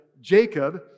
Jacob